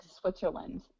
Switzerland